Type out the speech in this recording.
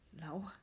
No